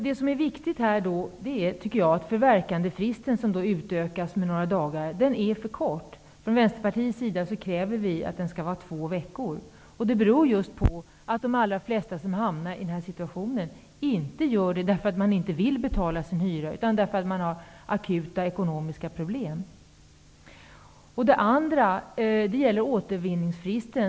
Det viktiga här tycker jag är att förverkandefristen, som utökas med några dagar, är för kort. Vi i Vänsterpartiet kräver att förverkandefristen skall vara två veckor. Det beror just på att de allra flesta som hamnar i nämnda situation inte gör det därför att de inte vill betala sin hyra utan därför att de har akuta ekonomiska problem. Sedan gäller det återvinningsfristen.